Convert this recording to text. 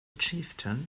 chieftain